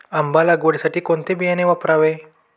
आंबा लागवडीसाठी कोणते बियाणे वापरावे?